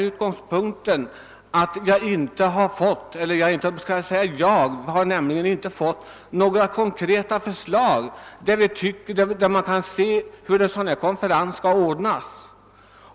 Ja, jag gjorde det därför att det inte lämnats några konkreta förslag om hur en sådan konferens skall ordnas.